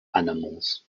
animals